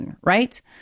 right